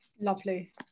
Lovely